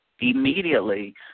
Immediately